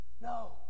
no